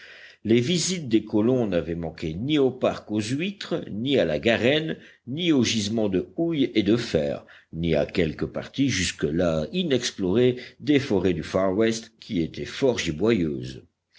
les visites des colons n'avaient manqué ni au parc aux huîtres ni à la garenne ni aux gisements de houille et de fer ni à quelques parties jusque-là inexplorées des forêts du far west qui étaient